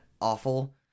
awful